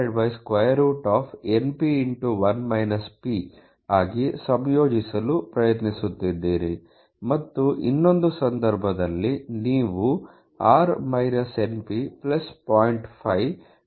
5npಆಗಿ ಸಂಯೋಜಿಸಲು ಪ್ರಯತ್ನಿಸುತ್ತೀರಿ ಮತ್ತು ಇನ್ನೊಂದು ಸಂದರ್ಭದಲ್ಲಿ ನೀವು r np 0